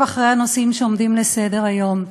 אחרי הנושאים שעומדים על סדר-היום.